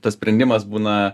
tas sprendimas būna